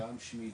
שלום לכולם,